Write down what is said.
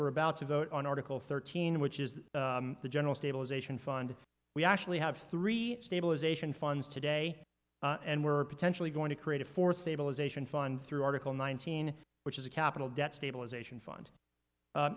we're about to vote on article thirteen which is the general stabilization fund we actually have three stabilization funds today and we're potentially going to create a four stabilization fund through article nineteen which is a capital debt stabilization fun